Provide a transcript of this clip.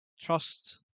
Trust